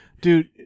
Dude